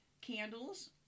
candles